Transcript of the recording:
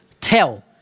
tell